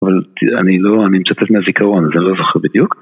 אבל אני לא, אני מצטט מהזיכרון, אז אני לא זוכר בדיוק